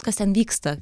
kas ten vyksta